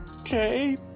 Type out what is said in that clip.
okay